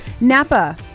Napa